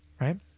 Right